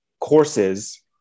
courses